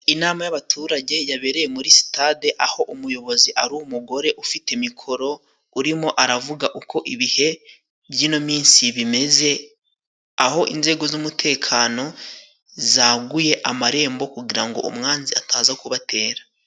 Inama y'abaturage yabereye muri sitade aho umuyobozi ari umugore , ufite mikoro urimo aravuga uko ibihe by'ino minsi bimeze, aho inzego z'umutekano zaguye amarembo kugira ngo umwanzi ataza kubatera.